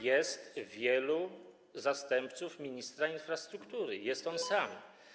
jest wielu zastępców ministra infrastruktury, jest on sam.